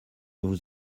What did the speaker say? vous